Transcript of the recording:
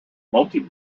multi